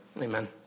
Amen